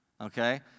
Okay